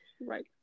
Right